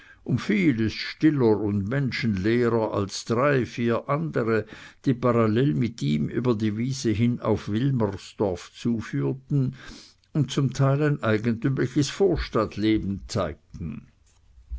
um vieles stiller und menschenleerer als drei vier andere die parallel mit ihm über die wiese hin auf wilmersdorf zu führten und zum teil ein eigentümliches vorstadtsleben zeigten